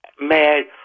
mad